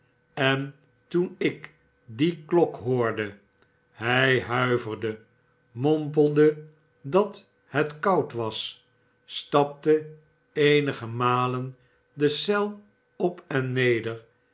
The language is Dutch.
en toen ik die klok hoorde hij huiverde mompelde dat het koud was stapte eenige malen de enge eel op en neder